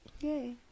Yay